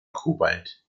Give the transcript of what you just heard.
cobalt